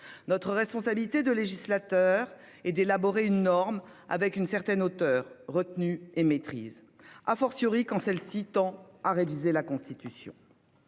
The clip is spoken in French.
Notre responsabilité de législateur est d'élaborer une norme avec une certaine hauteur, retenue et maîtrise, quand celle-ci tend à réviser la Constitution.